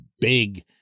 big